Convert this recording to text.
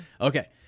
Okay